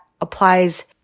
applies